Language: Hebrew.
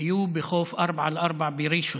בחוף ארבע על ארבע,